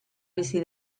bizi